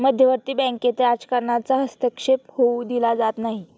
मध्यवर्ती बँकेत राजकारणाचा हस्तक्षेप होऊ दिला जात नाही